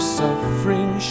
suffering